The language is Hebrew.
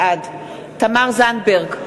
בעד תמר זנדברג,